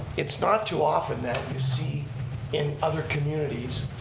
it's not too often that you see in other communities